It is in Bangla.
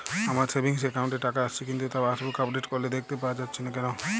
আমার সেভিংস একাউন্ট এ টাকা আসছে কিন্তু তা পাসবুক আপডেট করলে দেখতে পাওয়া যাচ্ছে না কেন?